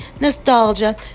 nostalgia